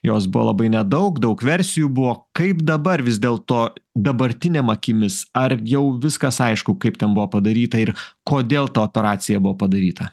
jos buvo labai nedaug daug versijų buvo kaip dabar vis dėlto dabartinėm akimis ar jau viskas aišku kaip ten buvo padaryta ir kodėl ta operacija buvo padaryta